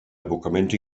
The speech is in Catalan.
abocaments